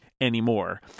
anymore